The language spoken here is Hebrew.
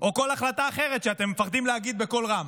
או כל החלטה אחרת, שאתם מפחדים להגיד בקול רם.